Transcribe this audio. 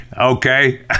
Okay